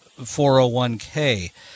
401k